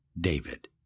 David